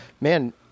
man